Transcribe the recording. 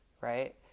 right